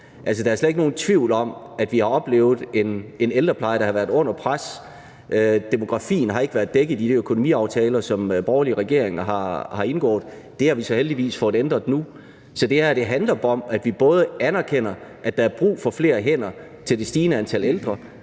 der er slet ikke nogen tvivl om, at vi har oplevet en ældrepleje, der har været under pres. Demografien har ikke været dækket i de økonomiaftaler, som borgerlige regeringer har indgået. Det har vi så heldigvis fået ændret nu. Så det her handler både om, at vi erkender, at der er brug for flere hænder til det stigende antal ældre,